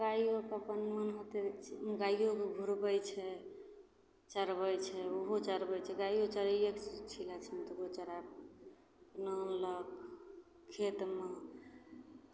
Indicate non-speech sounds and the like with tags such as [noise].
गाइओके अपन मोन होतै तऽ गाइओके घुरबै छै चरबै छै ओहो चरबै छै गाइओ चरैके [unintelligible] ओकरो चरैके आनलक खेतमे